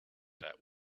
that